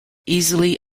easily